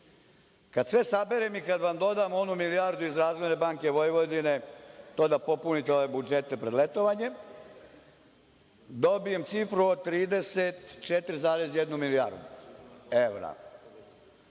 sve saberem i kad vam dodam onu milijardu iz Razvojne banke Vojvodine, da popunite ove budžete pred leto, dobijem cifru od 34,1 milijardu evra.